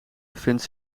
bevindt